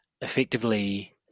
effectively